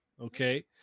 okay